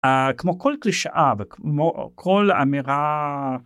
כמו כל קלישאה וכמו כל אמירה.